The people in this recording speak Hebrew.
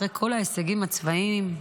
אחרי כל ההישגים הצבאיים,